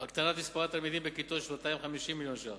הקטנת מספר התלמידים בכיתות, 250 מיליון ש"ח,